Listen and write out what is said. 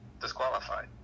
disqualified